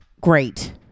Great